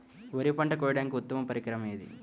వరి పంట కోయడానికి ఉత్తమ పరికరం ఏది?